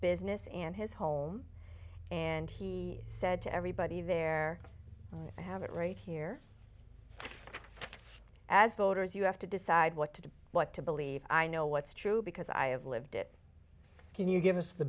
business and his home and he said to everybody there i have it right here as voters you have to decide what to do what to believe i know what's true because i have lived it can you give us the